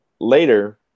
later